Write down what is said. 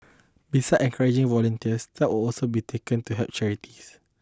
beside encouraging volunteers step also be taken to help charities